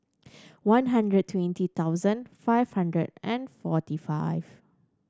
one hundred twenty thousand five hundred and forty five